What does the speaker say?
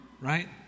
Right